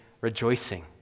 rejoicing